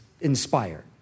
inspired